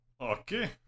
Okay